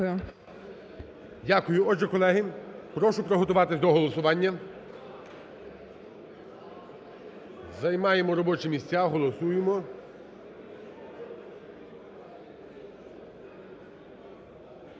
Дякую. Отже, колеги, прошу приготуватись до голосування. Займаємо робочі місця, голосуємо.